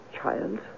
child